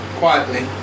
quietly